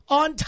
on